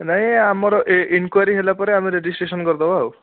ନାହିଁ ଆମର ଇନକ୍ୱାରୀ ହେଲା ପରେ ଆମେ ରେଜିଷ୍ଟ୍ରେସନ କରିଦେବା ଆଉ